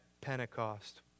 Pentecost